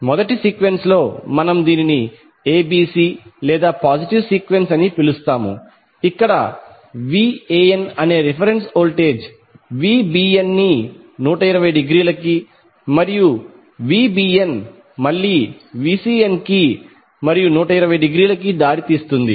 మొదటి సీక్వెన్స్ లో మనము దీనిని ఎబిసి లేదా పాజిటివ్ సీక్వెన్స్ అని పిలుస్తాము ఇక్కడVanఅనే రిఫరెన్స్ వోల్టేజ్ Vbn ని 120 డిగ్రీలకి మరియు Vbn మళ్ళీ Vcn కి మరియు 120 డిగ్రీలకి దారితీస్తుంది